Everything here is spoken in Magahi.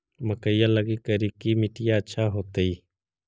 मकईया लगी करिकी मिट्टियां अच्छा होतई